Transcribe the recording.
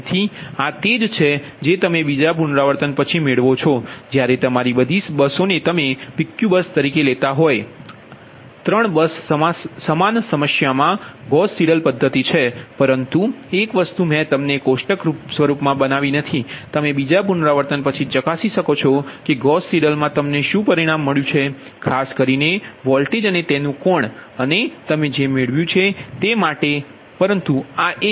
તેથી આ તે જ છે જે તમે બીજા પુનરાવર્તન પછી મેળવો છો જ્યારે તમારી બધી બસો ને તમે PQ બસ તરીકે લેતા હોય 3 બસ સમાન સમસ્યામાં ગૌસ સીડેલ પદ્ધતિ છે પરંતુ એક વસ્તુ મેં તેમને કોષ્ટક સ્વરૂપમાં બનાવી નથી તમે બીજા પુનરાવર્તન પછી ચકાસી શકો છો કે ગૌસ સીડેલમાં તમને શું પરિણામ મળ્યું છે ખાસ કરીને વોલ્ટેજ અને તેનું કોણ અને તમે જે મેળવ્યું છે તે માટે પરંતુ આ એક